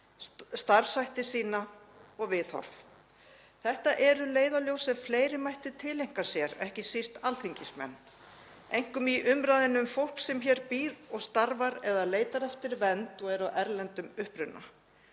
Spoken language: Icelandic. starfshætti sína og viðhorf. Þetta eru leiðarljós sem fleiri mættu tileinka sér, ekki síst alþingismenn, einkum í umræðunni um fólk sem hér býr og starfar eða leitar eftir vernd og er af erlendum uppruna.